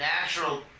natural